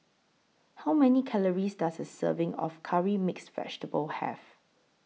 How Many Calories Does A Serving of Curry Mixed Vegetable Have